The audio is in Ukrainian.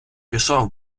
пішов